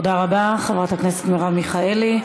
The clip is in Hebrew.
תודה רבה, חברת הכנסת מרב מיכאלי.